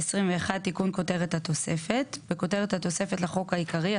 תיקון כותרת התוספת 21. בכותרת התוספת לחוק העיקרי,